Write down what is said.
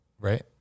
right